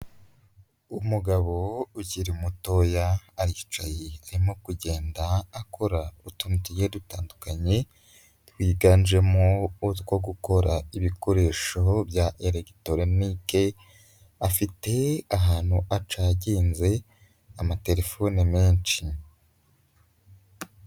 Umugabo ukiri mutoya aricaye arimo kugenda akora utuntu tugiye dutandukanye twiganjemo utwo gukora ibikoresho bya elegitoronike, afite ahantu acaginze amatelefone menshi.